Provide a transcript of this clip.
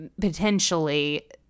potentially